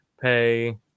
Pay